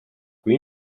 kui